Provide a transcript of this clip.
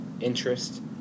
interest